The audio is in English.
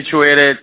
situated